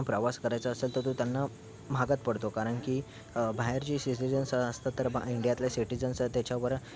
प्रवास करायचा असेल तर तो त्यांना महागात पडतो कारण की बाहेर जे सिजीजन्स असतात तर बा इंडियातल्या सिटीजन्स त्याच्यावर